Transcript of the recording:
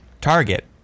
target